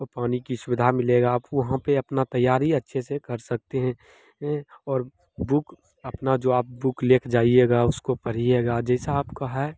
और पानी की सुविधा मिलेगी आप वहाँ पर अपनी तैयारी अच्छे से कर सकते हैं और बुक अपनी जो आप बुक ले कर जाइएगा उसको पढ़िएगा जैसे आपका है